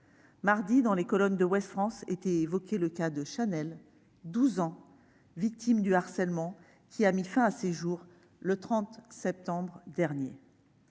Mardi, dans les colonnes de était évoqué le cas de Chanel, 12 ans, victime de harcèlement ayant mis fin à ses jours le 30 septembre dernier.